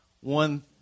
one